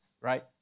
right